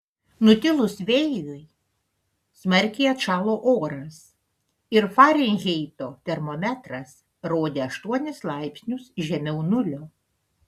nutilus vėjui smarkiai atšalo oras ir farenheito termometras rodė aštuonis laipsnius žemiau nulio